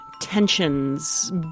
tensions